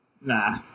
Nah